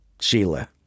Sheila